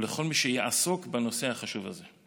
ולכל מי שיעסוק בנושא החשוב הזה: